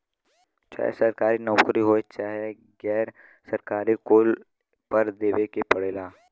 चाहे सरकारी नउकरी होये चाहे गैर सरकारी कर कुल पर देवे के पड़ला